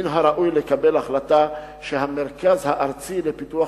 שמן הראוי לקבל החלטה שהמרכז הארצי לפיתוח